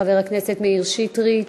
לחבר הכנסת מאיר שטרית,